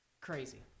Crazy